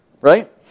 right